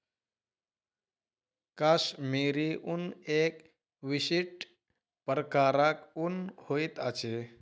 कश्मीरी ऊन एक विशिष्ट प्रकारक ऊन होइत अछि